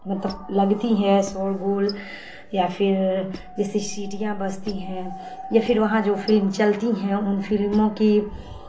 مطلب لگتی ہے شور غل یا پھر جیسے سیٹیاں بجتی ہیں یا پھر وہاں جو فلم چلتی ہیں ان فلموں کی